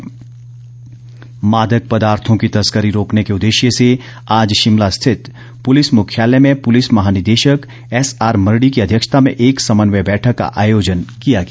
police बैठक मादक पदार्थों की तस्करी रोकने के उद्देश्य से आज शिमला स्थित पुलिस मुख्यालय में पुलिस महानिदेश एसआर मरड़ी की अध्यक्षता में एक समन्वय बैठक का आयोजन किया गया